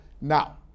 Now